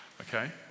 Okay